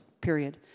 period